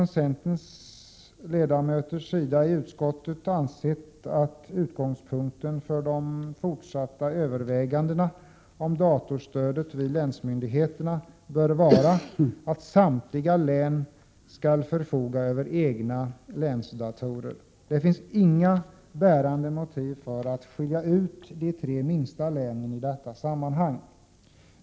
Vi centerledamöter i utskottet har ansett att utgångspunkten för de fortsatta övervägandena om datorstödet vid länsmyndigheterna bör vara att samtliga län skall förfoga över egna länsdatorer. Det finns inga bärande motiv för att skilja ut de tre minsta länen i detta sammanhang.